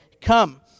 come